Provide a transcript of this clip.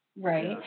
Right